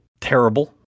terrible